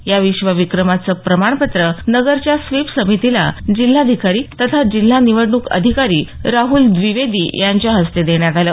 या विश्वविक्रमाचं प्रमाणपत्र नगरच्या स्वीप समितीला जिल्हाधिकारी तथा जिल्हा निवडणूक अधिकारी राहुल द्विवेदी यांच्या हस्ते देण्यात आलं